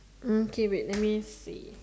mm okay wait let me see